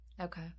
Okay